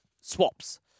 swaps